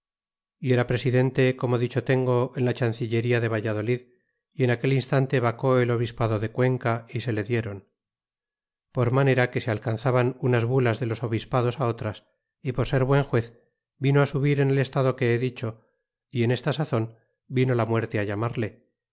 y era presidente como dicho tengo en la chancillería de valladolid y en aquel instante vacó el obispado de cuenca y se le dieron por manera que se alcanzaban unas bulas de los obispados otras y por ser buen juez vino subir en el estado que he dicho y en esta sazon vino la muerte llamarle